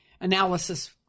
analysis